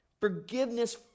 Forgiveness